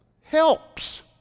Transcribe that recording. Helps